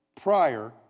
prior